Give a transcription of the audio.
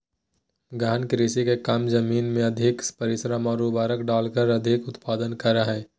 गहन कृषि में कम जमीन में अधिक परिश्रम और उर्वरक डालकर अधिक उत्पादन करा हइ